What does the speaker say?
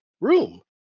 room